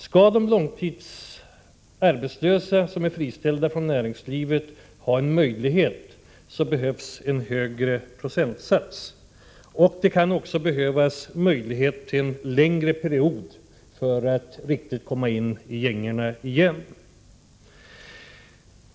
Skall de långtidsarbetslösa som är friställda från näringslivet ha en möjlighet behövs en högre procentsats. Det kan också behövas möjlighet till en längre period för att riktigt komma in i gängorna igen.